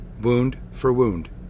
wound-for-wound